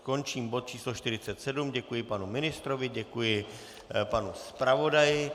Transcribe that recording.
Končím bod číslo 47, děkuji panu ministrovi, děkuji panu zpravodaji.